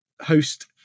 host